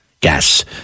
gas